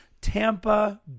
Tampa